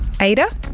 Ada